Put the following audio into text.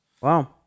Wow